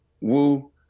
Woo